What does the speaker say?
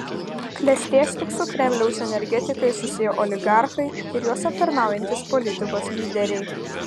klestės tik su kremliaus energetikais susiję oligarchai ir juos aptarnaujantys politikos lyderiai